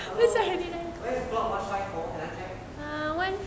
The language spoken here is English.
hadiran ku ah one